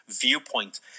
viewpoint